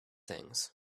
things